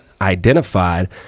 identified